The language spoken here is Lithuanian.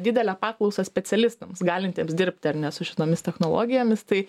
didelę paklausą specialistams galintiems dirbt ar ne su šitomis technologijomis tai